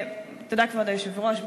תודה, כבוד היושב-ראש.